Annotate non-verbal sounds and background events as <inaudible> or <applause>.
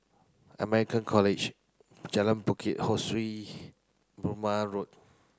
American College <unintelligible> Bukit Ho Swee Burmah Road